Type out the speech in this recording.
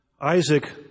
Isaac